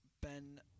Ben